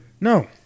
No